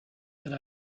that